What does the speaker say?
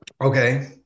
Okay